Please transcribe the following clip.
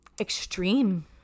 extreme